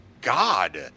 god